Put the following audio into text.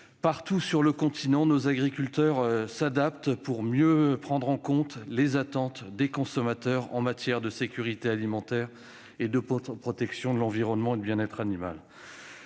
partout sur le continent nos agriculteurs s'adaptent, pour mieux prendre en compte les attentes des consommateurs en matière de sécurité alimentaire et de protection de l'environnement et de bien-être animal.